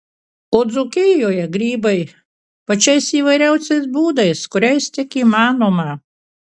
o dzūkijoje grybai pačiais įvairiausiais būdais kuriais tik įmanoma